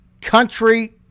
country